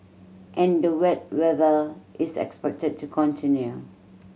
and the wet weather is expected to continue